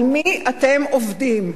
על מי אתם עובדים?